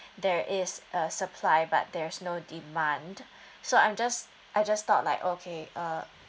there is a supply but there's no demand so I'm just I just thought like okay uh